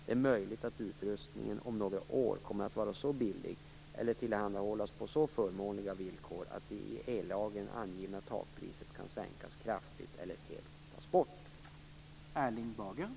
Det är möjligt att utrustningen om några år kommer att vara så billig eller tillhandahållas på så förmånliga villkor att det i ellagen angivna takpriset kan sänkas kraftigt eller helt tas bort.